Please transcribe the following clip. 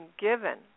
given